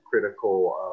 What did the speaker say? critical